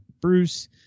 Bruce